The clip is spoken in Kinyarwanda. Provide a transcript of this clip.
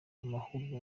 amahugurwa